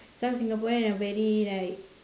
some Singaporean are very like